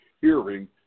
hearing